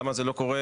למה זה לא קורה: